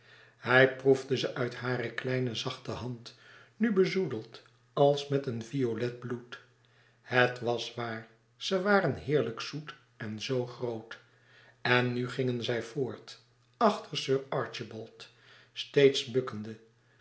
hij proefde ze uit hare kleine zachte hand nu bezoedeld als met een violet bloed het was waar ze waren heerlijk zoet en zoo groot en nu gingen zij voort achter sir archibald steeds bukkende